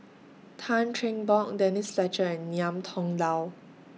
Tan Cheng Bock Denise Fletcher and Ngiam Tong Dow